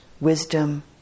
wisdom